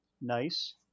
nice